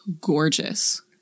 gorgeous